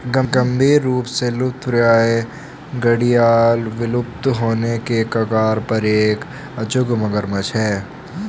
गंभीर रूप से लुप्तप्राय घड़ियाल विलुप्त होने के कगार पर एक अचूक मगरमच्छ है